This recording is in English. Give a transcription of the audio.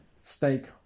steak